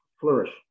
flourish